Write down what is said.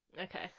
Okay